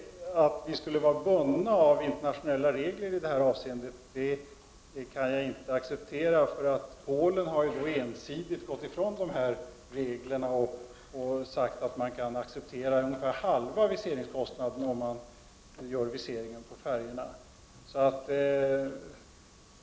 Att vi skulle vara bundna av internationella regler i det här avseendet, kan jag inte acceptera. Polen har ensidigt gått ifrån reglerna och sagt att man kan acceptera ungefär halva viseringskostnaden om man gör viseringen på färjorna.